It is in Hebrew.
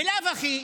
בלאו הכי,